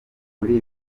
muri